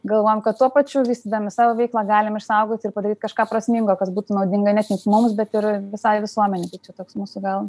galvojam kad tuo pačiu vystydami savo veiklą galim išsaugoti ir padaryt kažką prasmingo kas būtų naudinga ne tik mums bet ir visai visuomenei čia toks mūsų gal